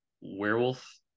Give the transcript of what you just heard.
werewolf